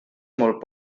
molt